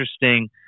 interesting